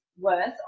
worth